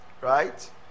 right